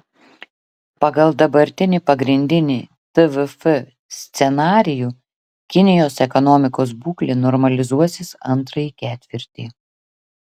pagal dabartinį pagrindinį tvf scenarijų kinijos ekonomikos būklė normalizuosis antrąjį ketvirtį